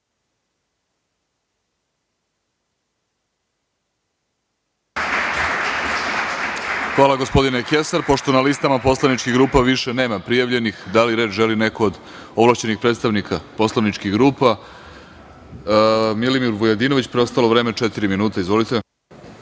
Hvala, gospodine Kesar. Pošto na listama poslaničkih grupa više nema prijavljenih, da li reč želi neko od ovlašćenih predstavnika poslaničkih grupa? Reč ima Milimir Vujadinović. Preostalo vreme je četiri minuta. Izvolite.